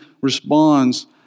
responds